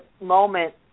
moment